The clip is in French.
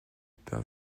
per